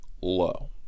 low